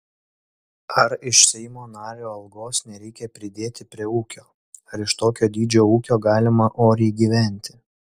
ar iš seimo nario algos nereikia pridėti prie ūkio ar iš tokio dydžio ūkio galima oriai gyventi